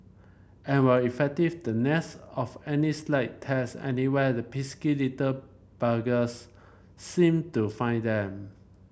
and while effective the nets of any slight tears anywhere the pesky little buggers seem to find them